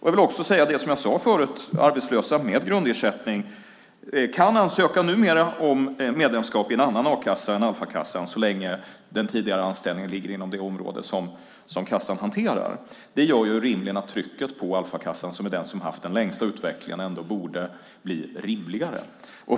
Jag vill också säga det som jag sade förut, att arbetslösa med grundersättning numera kan ansöka om medlemskap i en annan a-kassa än Alfakassan så länge den tidigare anställningen ligger inom det område kassan hanterar. Det gör rimligen att trycket på Alfakassan, som är den som har haft de längsta tiderna, borde bli rimligare.